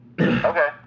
Okay